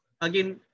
again